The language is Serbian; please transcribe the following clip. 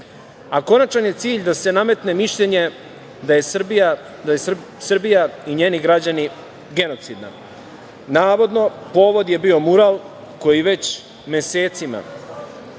Konačan je cilj d se nametne mišljenje da je Srbije i njeni građani genocidna. Navodno, povod je bio mural koji već mesecima